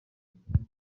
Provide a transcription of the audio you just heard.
amasezerano